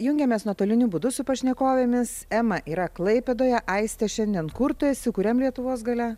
jungiamės nuotoliniu būdu su pašnekovėmis ema yra klaipėdoje aiste šiandien kur tu esi kuriam lietuvos gale